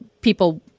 people –